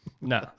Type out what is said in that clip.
No